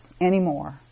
anymore